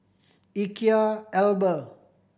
Ikea Alba